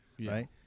right